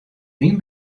wyn